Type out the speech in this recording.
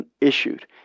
issued